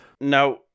now